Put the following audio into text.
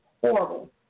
horrible